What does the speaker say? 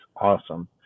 awesome